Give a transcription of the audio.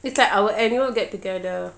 it's like our annual get together